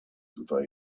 they